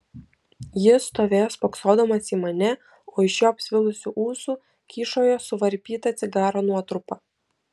jis stovėjo spoksodamas į mane o iš jo apsvilusių ūsų kyšojo suvarpyta cigaro nuotrupa